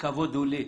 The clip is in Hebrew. הכבוד הוא לי.